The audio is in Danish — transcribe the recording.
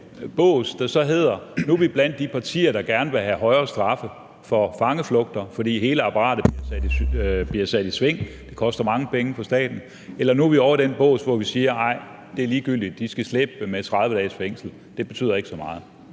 den bås, der så hedder, at vi nu er blandt de partier, der gerne vil have højere straffe for fangeflugter, fordi hele apparatet bliver sat i sving – det koster mange penge for staten – eller er vi ovre i den bås, hvor vi siger, at nej, det er ligegyldigt, de skal slippe med 30 dages fængsel, for det betyder ikke så meget?